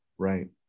Right